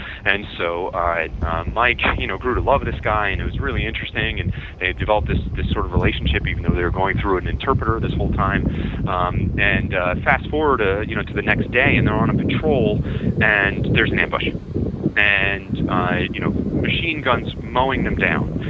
and so mike you know grew to love this guy and it was really interesting and they had developed this this sort of relationship even though they are going through an interpreter this whole time um and fast-forward ah you know to the next day and they're on a patrol and there is an ambush and you know machine guns mowing them down.